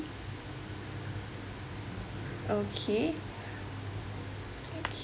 okay